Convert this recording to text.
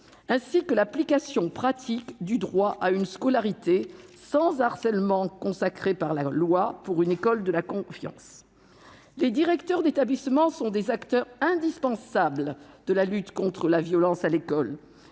ainsi que de l'application pratique du droit à une scolarité sans harcèlement consacré par la loi pour une école de la confiance. Les directeurs d'établissement sont des acteurs indispensables de la lutte contre la violence à l'école.